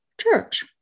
church